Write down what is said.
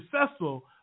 successful